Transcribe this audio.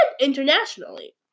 internationally